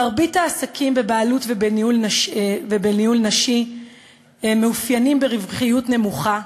מרבית העסקים בבעלות ובניהול נשי מאופיינים ברווחיות נמוכה,